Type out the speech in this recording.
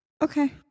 Okay